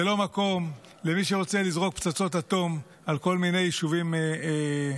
זה לא מקום למי שרוצה לזרוק פצצות אטום על כל מיני יישובים בעזה.